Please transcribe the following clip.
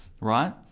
right